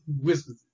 whispers